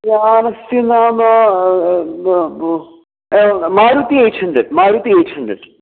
यानस्य नाम Maruti eight hundred Maruti eight hundred